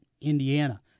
Indiana